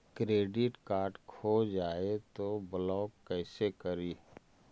Credit card खो जाए तो ब्लॉक कैसे करी?